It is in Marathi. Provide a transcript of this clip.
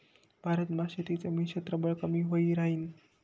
भारत मा शेतजमीन क्षेत्रफळ कमी व्हयी राहीन